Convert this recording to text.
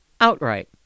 outright